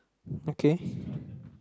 okay